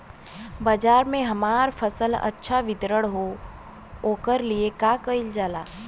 बाजार में हमार फसल अच्छा वितरण हो ओकर लिए का कइलजाला?